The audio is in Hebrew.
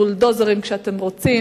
שניכם בולדוזרים כשאתם רוצים.